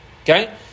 Okay